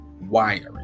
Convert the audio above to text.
wiring